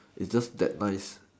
it's just that nice